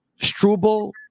Struble